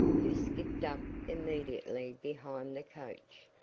who skipped up immediately behind the coach,